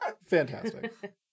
fantastic